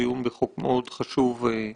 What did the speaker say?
דיון בחוק מאוד חשוב על